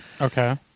Okay